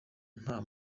nta